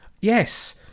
Yes